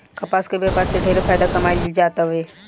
कपास के व्यापार से ढेरे फायदा कमाईल जातावे